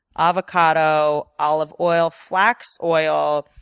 avocado, olive oil, flax oil,